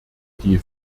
die